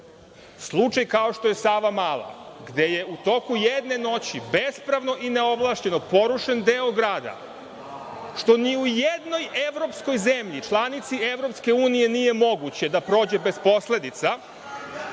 slučaj kao što je Savamala, gde je u toku jedne noći bespravno i neovlašćeno porušen deo grada, što ni u jednoj evropskoj zemlji, članici Evropske unije, nije moguće da prođe bez posledica,